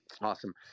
Awesome